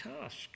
task